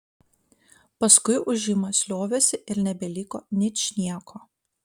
paskui ūžimas liovėsi ir nebeliko ničnieko